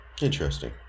interesting